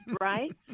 right